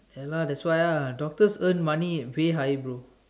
ya lah that's why ah doctors earn money pay high bro